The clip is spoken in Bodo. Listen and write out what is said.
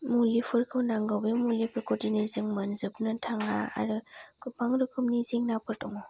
मुलिफोरखौ नांगौ बे मुलिफोरखौ दिनै जों मोनजोबनो थांङा आरो गोबां रोखोमनि जेंनाफोर दङ